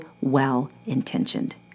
well-intentioned